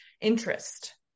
interest